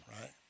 right